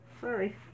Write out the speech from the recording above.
Sorry